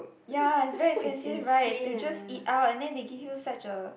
ya it's very expensive right to just eat out and then they give you such a